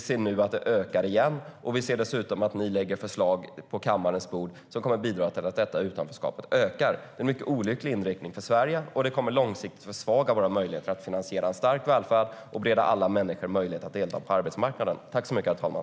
Nu ser vi att det ökar igen. Dessutom ser vi att ni lägger fram förslag på kammarens bord som kommer att bidra till att detta utanförskap ökar. Det är en mycket olycklig inriktning för Sverige som långsiktigt kommer att försvaga våra möjligheter att finansiera en stark välfärd och bereda alla människor möjlighet att delta på arbetsmarknaden.